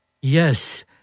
Yes